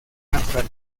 natural